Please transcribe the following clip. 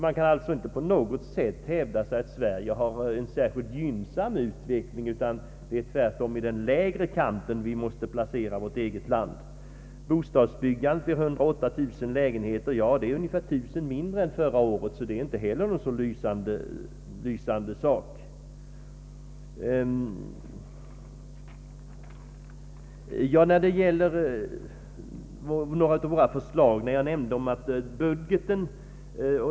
Man kan alltså inte på något sätt hävda att Sverige har en särskilt gynnsam utveckling, utan vi måste tvärtom placera vårt eget land i den lägre kanten. Bostadsbyggandet uppgår till 108 000 lägenheter, det är ungefär 1000 mindre än förra året. Det är inte heller något lysande. Jag nämnde om vårt förslag till budget.